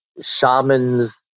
shamans